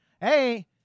hey